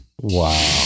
Wow